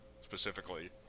specifically